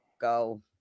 go